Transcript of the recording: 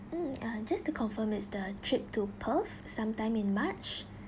mm uh just to confirm it's the trip to perth sometime in march